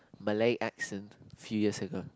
Malay accent few years ago